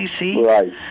Right